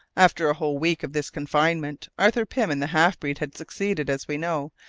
after a whole week of this confinement, arthur pym and the half-breed had succeeded, as we know,